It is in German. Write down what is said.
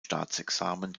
staatsexamen